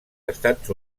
estats